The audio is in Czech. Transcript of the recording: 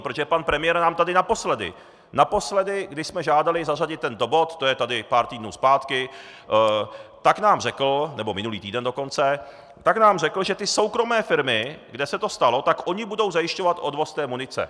Protože pan premiér nám tady naposledy, když jsme žádali zařadit tento bod, to je tady pár týdnů zpátky, tak nám řekl, nebo minulý týden dokonce, tak nám řekl, že ty soukromé firmy, kde se to stalo, ony budou zajišťovat odvoz té munice.